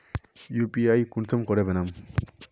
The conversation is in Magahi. यु.पी.आई कुंसम करे बनाम?